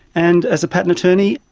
and as a patent attorney,